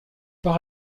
par